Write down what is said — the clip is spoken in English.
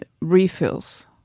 refills